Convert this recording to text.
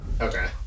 Okay